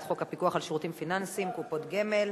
חוק הפיקוח על שירותים פיננסיים (קופות גמל)